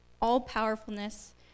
all-powerfulness